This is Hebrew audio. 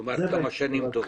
כלומר כמה שנים טובות.